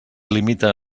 limita